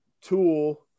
Tool